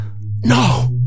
no